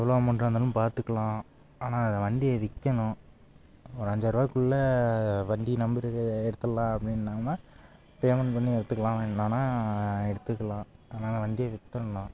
எவ்வளோ அமௌண்ட்டாக இருந்தாலும் பார்த்துக்கலாம் ஆனால் அதை வண்டியை விற்கணும் ஒரு அஞ்சாயர ரூபாய்க்குள்ள வண்டி நம்பரு எடுத்துடலாம் அப்படின்னம்னா பேமண்ட் பண்ணி எடுத்துக்கலாம் வேணுன்னால் எடுத்துக்கலாம் அதனால் வண்டியை வித்துடணும்